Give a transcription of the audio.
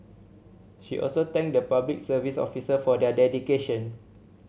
she also thanked the Public Service officer for their dedication